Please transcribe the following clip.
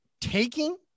taking